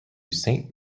saint